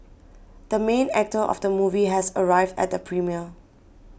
the main actor of the movie has arrived at the premiere